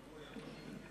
פרטנר.